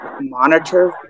monitor